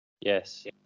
Yes